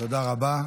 תודה רבה.